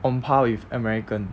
on par with american